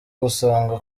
gusanga